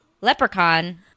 Leprechaun